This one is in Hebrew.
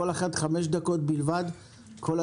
כל אחת חמש דקות בלבד.